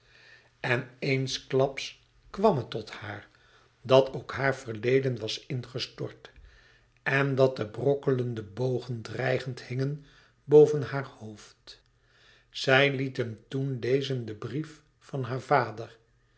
en eensklaps kwam het tot haar dat ook hàar verleden was ingestort en dat de brokkelende bogen dreigend hingen boven haar hoofd zij liet hem toen lezen den brief van haar vader